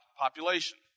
population